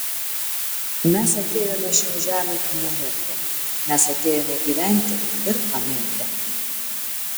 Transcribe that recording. mes atėjome šion žemėn ne mirti mes atėjome gyventi ir pamilti